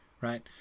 right